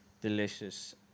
delicious